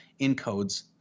encodes